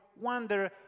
wonder